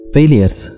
Failures